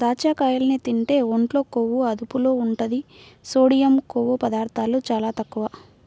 దాచ్చకాయల్ని తింటే ఒంట్లో కొవ్వు అదుపులో ఉంటది, సోడియం, కొవ్వు పదార్ధాలు చాలా తక్కువ